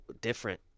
different